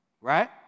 right